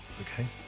Okay